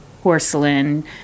porcelain